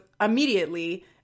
immediately